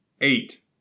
eight